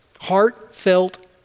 heartfelt